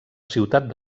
ciutat